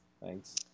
Thanks